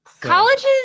Colleges